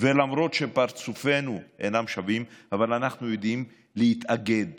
ולמרות שפרצופינו אינם שווים, אנחנו יודעים להתאגד